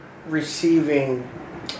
receiving